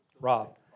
Rob